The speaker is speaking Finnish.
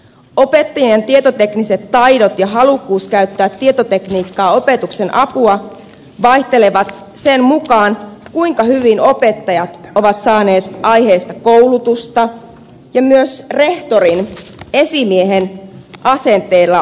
opettajien tietotekniset taidot ja halukkuus käyttää tietotekniikkaa opetuksen apuna vaihtelevat sen mukaan kuinka hyvin opettajat ovat saaneet aiheesta koulusta ja myös rehtorin esimiehen asenteella on väliä